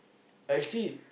I actually